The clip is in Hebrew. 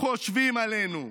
חושבים עלינו.